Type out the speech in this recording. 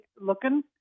looking